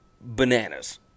bananas